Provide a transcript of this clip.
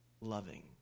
loving